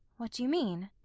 what do you mean?